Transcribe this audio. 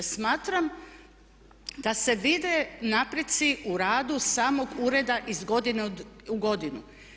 Smatram da se vide napretci u radu samog ureda iz godine u godinu.